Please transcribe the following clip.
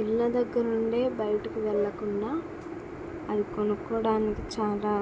ఇళ్ళ దగ్గర నుండే బయటకి వెళ్ళకుండా అవి కొనుక్కోవడానికి చాలా